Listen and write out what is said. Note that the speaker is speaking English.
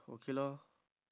okay lor